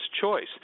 choice